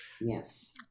yes